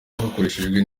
yakoreshejwe